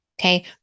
Okay